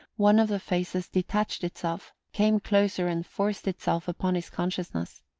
one of the faces detached itself, came closer and forced itself upon his consciousness.